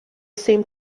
seemed